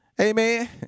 Amen